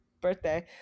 birthday